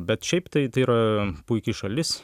bet šiaip tai tai yra puiki šalis